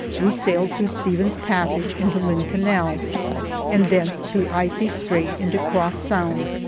we sailed through stephen's passage into lynn canal and thence through icy strait into cross sound,